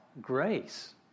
grace